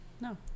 No